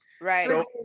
Right